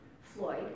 Floyd